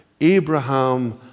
Abraham